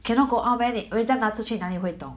cannot go out meh 你人家拿出去哪里会懂